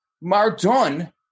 Mardon